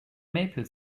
maple